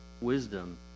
wisdom